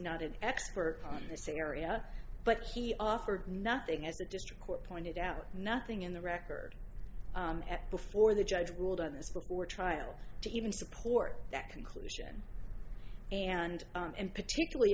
not an expert on this area but he offered nothing as the district court pointed out nothing in the record before the judge ruled on this before trial to even support that conclusion and in particular